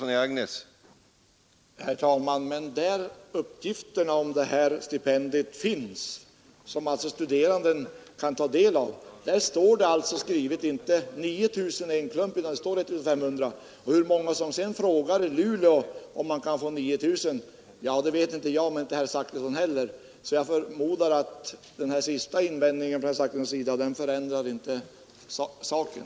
Herr talman! I de uppgifter om dessa stipendier som de studerande kan ta del av står inte klumpsumman 9 000 kronor upptagen, utan det står 1 500 kronor. Hur många som sedan frågar i Luleå om man kan få 9 000 kronor vet inte jag och inte herr Zachrisson heller. Jag förmodar därför att herr Zachrissons senaste invändning inte förändrar saken.